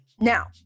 Now